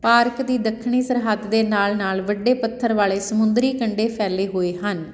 park ਦੀ ਦੱਖਣੀ ਸਰਹੱਦ ਦੇ ਨਾਲ ਨਾਲ ਵੱਡੇ ਪੱਥਰ ਵਾਲੇ ਸਮੁੰਦਰੀ ਕੰਢੇ ਫੈਲੇ ਹੋਏ ਹਨ